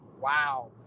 Wow